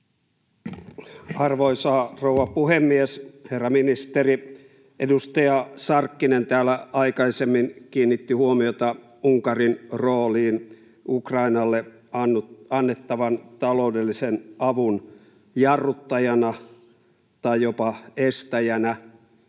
Arvoisa rouva puhemies! Herra ministeri! Edustaja Sarkkinen täällä aikaisemmin kiinnitti huomiota Unkarin rooliin Ukrainalle annettavan taloudellisen avun jarruttajana tai jopa estäjänä.